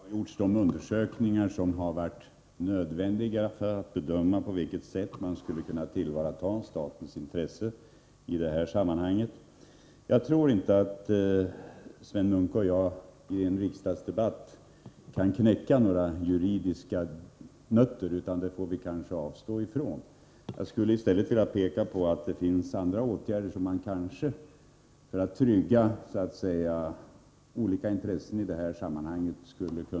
Herr talman! De undersökningar har gjorts som har varit nödvändiga för att bedöma på vilket sätt man skulle kunna tillvarata statens intresse i detta sammanhang. Jag tror inte att Sven Munke och jag i en riksdagsdebatt kan knäcka några juridiska nötter, utan det får vi nog avstå från. Jag skulle i stället vilja peka på att det finns andra åtgärder som man skulle kunna tänka sig att vidta för att trygga olika intressen i detta sammanhang.